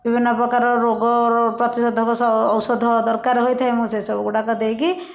ବିଭିନ୍ନ ପ୍ରକାର ରୋଗ ପ୍ରତିଶୋଧକ ଔଷଧ ଦରକାର ହୋଇଥାଏ ମୁଁ ସେସବୁ ଗୁଡ଼ାକ ଦେଇକି